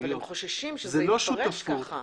אבל הם חוששים שזה יתפרש ככה.